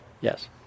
Yes